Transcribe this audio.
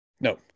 No